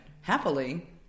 happily